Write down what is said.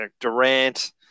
Durant